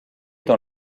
dans